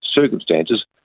circumstances